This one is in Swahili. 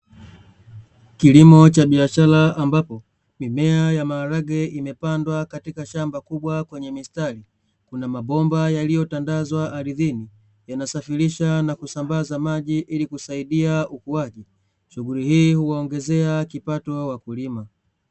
Kilimo cha biashara ambapo mimea ya maharage imepandwa katika shamba kubwa kwenye mistari, kunamabomba yaliyotandazwa ardhini yanasafirisha na kusambaza maji ilikusaidia ukuaji, shughuli hii huongezea kipato wakulima.